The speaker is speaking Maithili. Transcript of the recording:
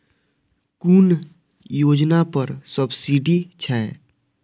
कुन योजना पर सब्सिडी छै?